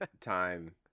time